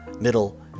Middle